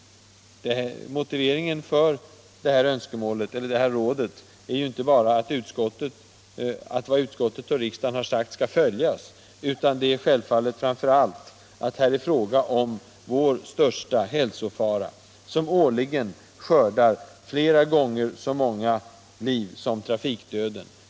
Motiveringen för detta råd är inte bara att utskottets och riksdagens intentioner skall följas, utan motiveringen är självfallet framför allt att tobaken är vår största hälsofara, som årligen skördar flera gånger så många liv som trafikdöden.